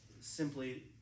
simply